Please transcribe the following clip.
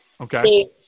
Okay